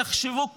תחשבו,